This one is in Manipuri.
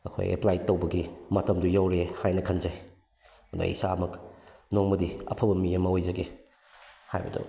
ꯑꯩꯈꯣꯏ ꯑꯦꯄ꯭ꯂꯥꯏꯠ ꯇꯧꯕꯒꯤ ꯃꯇꯝꯗꯨ ꯌꯧꯔꯦ ꯍꯥꯏꯅ ꯈꯟꯖꯩ ꯑꯗꯨꯗꯩ ꯏꯁꯥꯃꯛ ꯅꯣꯡꯃꯗꯤ ꯑꯐꯕ ꯃꯤ ꯑꯃ ꯑꯣꯏꯖꯒꯦ ꯍꯥꯏꯕꯗꯣ